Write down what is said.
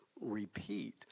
repeat